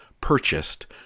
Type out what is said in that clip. purchased